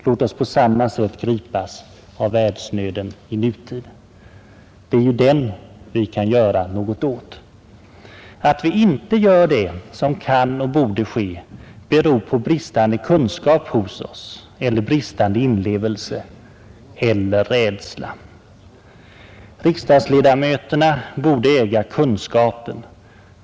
Låt oss på samma sätt gripas av världsnöden i nutiden. Det är ju den vi kan göra något åt. Att vi inte gör det som kan och borde ske, beror på bristande kunskap hos oss, eller bristande inlevelse — eller rädsla. Riksdagsledamöterna borde äga kunskapen.